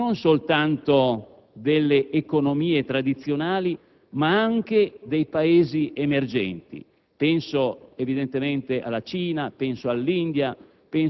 Se non siamo nella condizione di poter essere competitivi e di mettere in atto tutte quelle